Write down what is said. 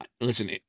listen